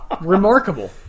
Remarkable